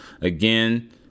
again